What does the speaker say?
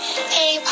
Hey